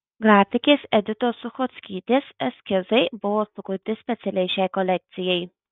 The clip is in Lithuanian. grafikės editos suchockytės eskizai buvo sukurti specialiai šiai kolekcijai